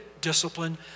discipline